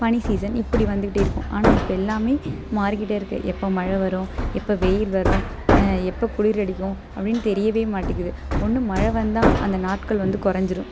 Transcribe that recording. பனி சீஸன் இப்படி வந்துகிட்டே இருக்கும் ஆனால் இப்போ எல்லாமே மாறிக்கிட்டே இருக்குது எப்போது மழை வரும் எப்போ வெயில் வரும் எப்போ குளிர் அடிக்கும் அப்படின்னு தெரியவே மாட்டேங்குது ஒன்று மழை வந்தால் அந்த நாட்கள் வந்து குறஞ்சிரும்